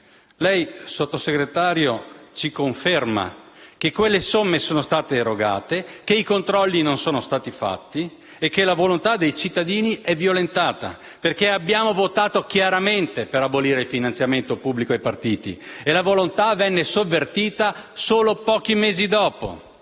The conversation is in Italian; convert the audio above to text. Lei, Sottosegretario, ci conferma che quelle somme sono state erogate, che i controlli non sono stati fatti e che la volontà dei cittadini è stata violentata, perché abbiamo votato chiaramente per abolire il finanziamento pubblico ai partiti e tale volontà è stata sovvertita solo pochi mesi dopo.